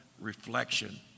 reflection